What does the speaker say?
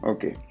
Okay